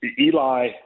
Eli